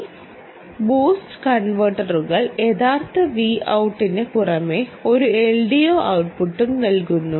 ഈ ബൂസ്റ്റ് കൺവർട്ടറുകൾ യഥാർത്ഥ Vout ന് പുറമെ ഒരു LDO ഔട്ട്പുട്ടും നൽകുന്നു